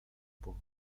wpół